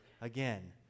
again